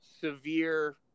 severe